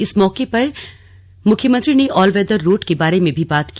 इस मौके पर मुख्यमंत्री ने ऑलवेदर रोड के बारे में भी बात की